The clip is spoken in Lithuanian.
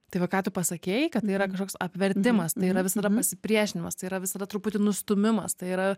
tai va ką tu pasakei kad tai yra kažkoks apvertimas tai yra visada pasipriešinimas tai yra visada truputį nustūmimas tai yra